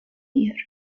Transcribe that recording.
year